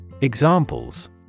Examples